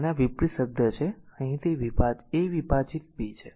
તેથી અને આ વિપરીત શબ્દ છે અહીં તે એ a વિભાજીત b છે